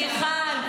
מיכל,